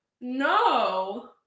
No